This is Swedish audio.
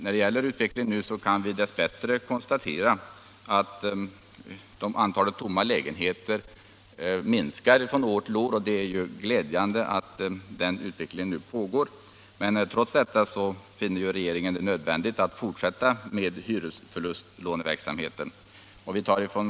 Dess bättre kan vi nu konstatera att antalet tomma lägenheter minskar från år till år. Trots detta finner regeringen det dock nödvändigt att fortsätta att ge hyresförlustlån.